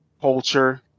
culture